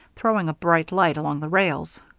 throwing a bright light along the rails.